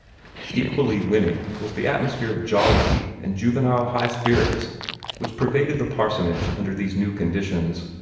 equally winning was the atmosphere of jollity and juvenile high spirits which pervaded the parsonage under these new conditions,